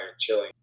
chilling